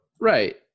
right